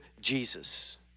Jesus